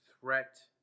threat